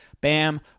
bam